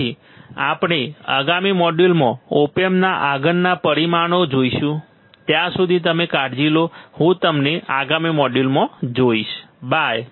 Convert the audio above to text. તેથી આપણે આગામી મોડ્યુલમાં ઓપ એમ્પના આગળના પરિમાણો જોઈશું ત્યાં સુધી તમે કાળજી લો હું તમને આગામી મોડ્યુલમાં જોઈશ બાય